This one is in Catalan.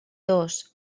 tos